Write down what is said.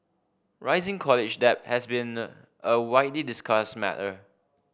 rising college debt has been a widely discussed matter